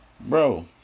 bro